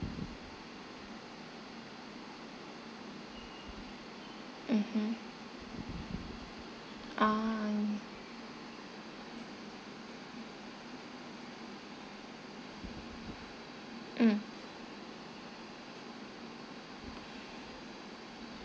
mmhmm ah mm